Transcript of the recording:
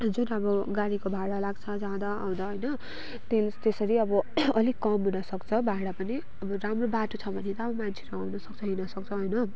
जुन अब गाडीको भाडा लाग्छ अब जाँदा आउँदा होइन त्यसरी अब अलिक कम हुनसक्छ भाडा पनि अब राम्रो बाटो छ भने त मान्छेहरू आउँनसक्छ हिँढ्नसक्छ होइन